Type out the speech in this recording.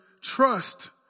trust